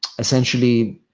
essentially,